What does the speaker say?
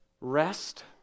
rest